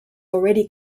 already